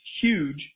huge